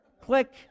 click